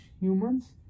humans